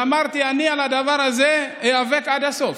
ואמרתי, אני על הדבר הזה איאבק עד הסוף,